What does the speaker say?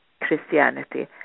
Christianity